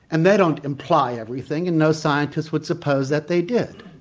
and they don't imply everything, and no scientist would suppose that they did.